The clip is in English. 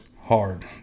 hard